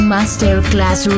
Masterclass